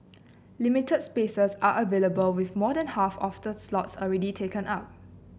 limited spaces are available with more than half of the slots already taken up